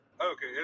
Okay